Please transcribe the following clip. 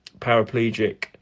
paraplegic